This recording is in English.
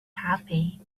happy